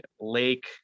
Lake